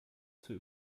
zur